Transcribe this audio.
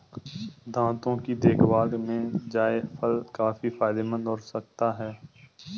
दांतों की देखभाल में जायफल काफी फायदेमंद हो सकता है